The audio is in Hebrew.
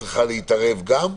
וצריכות להתערב גם.